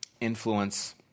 influence